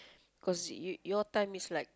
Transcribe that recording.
cause you your time is like